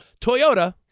Toyota